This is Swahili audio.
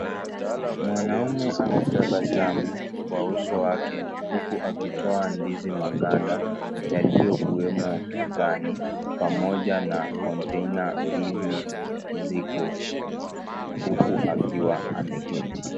Mwanaume ametabasamu kwa uso wake huku akitoa ndizi maganda yaliyokuwemo mezani pamoja na (cs) container (cs) mbili ziko huku akiwa ameketi.